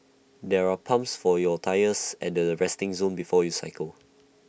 there are pumps for your tyres at the resting zone before you cycle